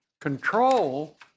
control